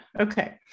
okay